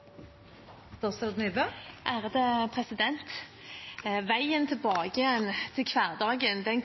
den